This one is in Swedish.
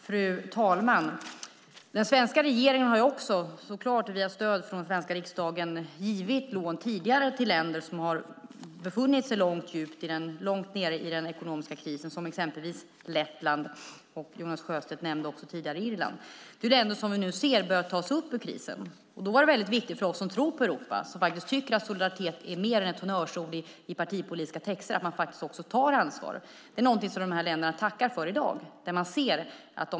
Fru talman! Den svenska regeringen har också tidigare, självklart med stöd från den svenska riksdagen, givit lån till länder som har befunnit sig djupt nere i den ekonomiska krisen, exempelvis Lettland och även Irland, som Jonas Sjöstedt nämnde tidigare. Dessa länder börjar nu ta sig upp ur krisen. Då var det väldigt viktigt för oss som tror på Europa och tycker att solidaritet är mer än ett honnörsord i partipolitiska texter att ta ansvar. Det är någonting som dessa länder tackar för.